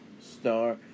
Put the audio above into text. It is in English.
star